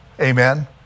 Amen